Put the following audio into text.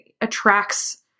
attracts